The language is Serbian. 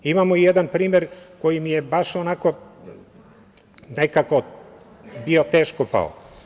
Imamo jedan primer koji mi je baš onako bio teško pao.